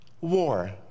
war